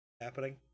happening